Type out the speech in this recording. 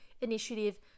initiative